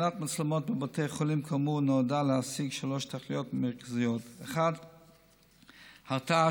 התקנת מצלמות בבתי חולים נועדה להשיג שלוש תכליות מרכזיות: 1. הרתעה,